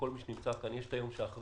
לכל מי שנמצא כאן יש את היום שאחרי.